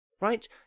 right